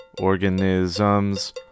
organisms